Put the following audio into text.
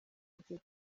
ajya